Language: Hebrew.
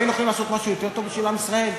לא היינו יכולים לעשות משהו יותר טוב בשביל עם ישראל?